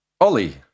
Ollie